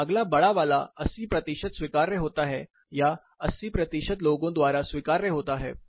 फिर अगला बड़ा वाला 80 प्रतिशत स्वीकार्य होता है या 80 लोगों द्वारा स्वीकार्य होता है